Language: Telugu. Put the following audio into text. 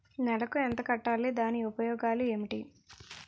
నెలకు ఎంత కట్టాలి? దాని ఉపయోగాలు ఏమిటి?